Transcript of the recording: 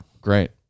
Great